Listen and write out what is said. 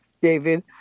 david